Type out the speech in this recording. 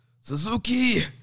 Suzuki